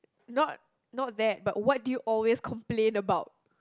not not there but what do you always complain about